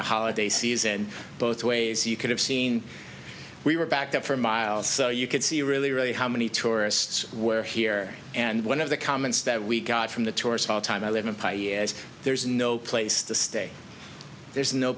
the holiday season both ways you could have seen we were backed up for miles so you could see really really how many tourists were here and one of the comments that we got from the tourists all time i live in piii is there's no place to stay there's no